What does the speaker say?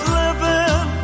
living